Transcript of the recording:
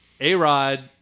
A-Rod